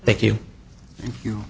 thank you you